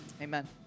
Amen